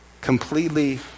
completely